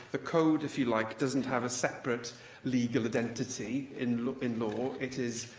the code, if you like, doesn't have a separate legal identity in law in law it is